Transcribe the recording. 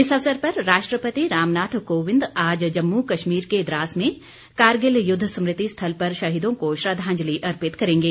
इस अवसर पर राष्ट्रपति रामनाथ कोविंद आज जम्मू कश्मीर के द्रास में कारगिल युद्ध स्मृति स्थल पर शहीदों को श्रद्वांजलि अर्पित करेंगे